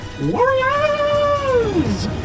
warriors